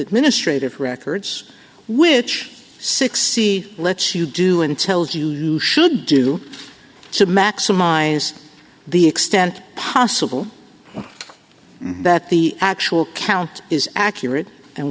administrative records which six c lets you do and tells you you should do to maximise the extent possible that the actual count is accurate and